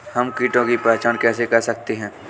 हम कीटों की पहचान कैसे कर सकते हैं?